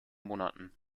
monaten